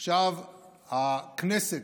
עכשיו הכנסת,